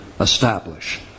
establish